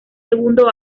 segundo